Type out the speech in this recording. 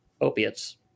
opiates